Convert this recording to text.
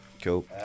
cool